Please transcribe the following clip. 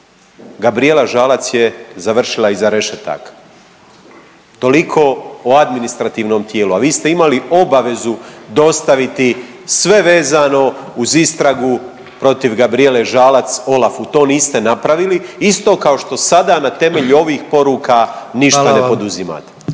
Gabrijela Žalac je završila iza rešetaka. Toliko o administrativnom tijelu, a vi ste imali obavezu dostaviti sve vezano uz istragu protiv Gabrijele Žalac OLAF-u, to niste napravili, isto kao što sada na temelju ovih poruka ništa ne poduzimate.